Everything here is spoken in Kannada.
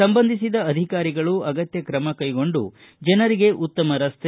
ಸಂಬಂಧಿಸಿದ ಅಧಿಕಾರಿಗಳು ಅಗತ್ನ ಕ್ರಮ ಕೈಗೊಂಡು ಜನರಿಗೆ ಉತ್ತಮ ರಸ್ತೆ